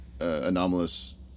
anomalous